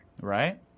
Right